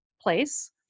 place